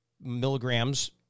milligrams